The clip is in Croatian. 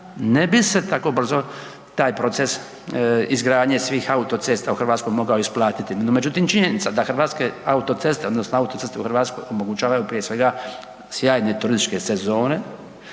ne bi se tako brzo taj proces izgradnje svih autocesta u Hrvatskoj mogao isplatiti. No međutim, činjenica da Hrvatske autoceste odnosno autoceste u Hrvatskoj omogućavaju prije svega sjajne turističke sezone,